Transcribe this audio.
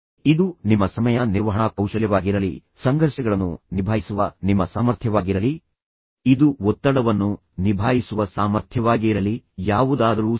ಇದು ನಿಮ್ಮ ಸಮಯ ನಿರ್ವಹಣಾ ಕೌಶಲ್ಯವಾಗಿರಲಿ ಸಂಘರ್ಷಗಳನ್ನು ನಿಭಾಯಿಸುವ ನಿಮ್ಮ ಸಾಮರ್ಥ್ಯವಾಗಿರಲಿ ಇದು ಒತ್ತಡವನ್ನು ನಿಭಾಯಿಸುವ ಅಥವಾ ನಿಮ್ಮ ಅಭ್ಯಾಸಗಳನ್ನು ನಿಭಾಯಿಸುವ ನಿಮ್ಮ ಸಾಮರ್ಥ್ಯವಾಗಿರಲಿ ಯಾವುದಾದರೂ ಸರಿ